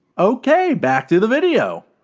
ok, back to the video.